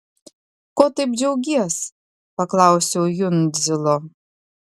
ko taip džiaugies paklausiau jundzilo